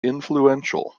influential